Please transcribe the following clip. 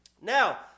Now